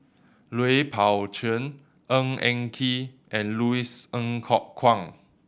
Lui Pao Chuen Ng Eng Kee and Louis Ng Kok Kwang